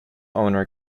owner